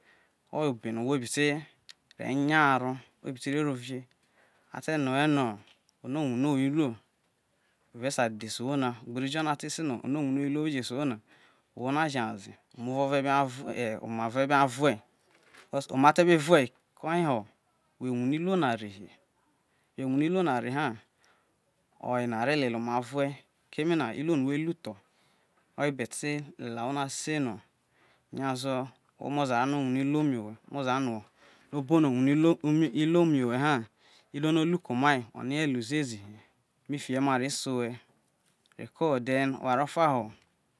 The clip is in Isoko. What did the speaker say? Oye ho obe no wo be te, ro nya haro rorovie ate no owe no ono wune owe iruo? Wovesa dhese owho na oghe du jono ate se no ono wune owe iruo a je se owho na re ha rue omate be rue koyeho who wune iruo na re he, who wune iruo na re ha oyena o re lelie omarue keme na iruo no wo lu tho oye be te le lie awho na se ino nyaze omozara no o bo no o wune iruo mi owhe ha iruo no o lu ke omai orie lu zie zi hi fiki ye maro se owhe reko then oware ofa ho.